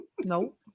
nope